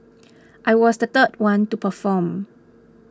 I was the third one to perform